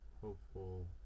hopeful